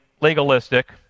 legalistic